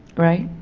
right?